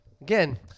Again